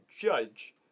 judge